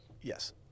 Yes